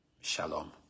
Shalom